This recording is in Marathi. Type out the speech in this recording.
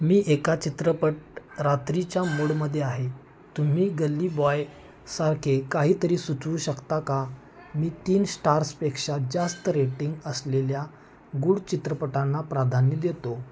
मी एका चित्रपट रात्रीच्या मूडमध्ये आहे तुम्ही गल्ली बॉयसारखे काहीतरी सुचवू शकता का मी तीन स्टार्सपेक्षा जास्त रेटिंग असलेल्या गुड चित्रपटांना प्राधान्य देतो